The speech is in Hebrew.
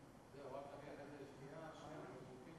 והנושא השני: